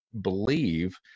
believe